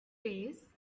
days